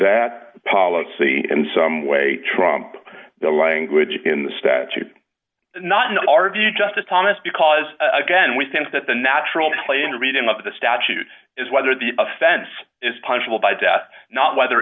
that policy in some way trump the language in the statute not in our view justice thomas because again we stand at the natural plain reading of the statute is whether the offense is punishable by death not whether